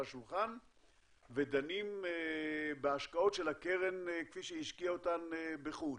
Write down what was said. השולחן ודנים בהשקעות של הקרן כפי שהיא השקיעה אותן בחו"ל.